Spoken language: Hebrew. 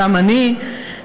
גם אני,